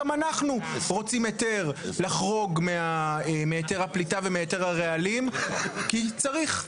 גם אנחנו רוצים היתר לחרוג מהיתר הפליטה היתר הרעלים כי צריך,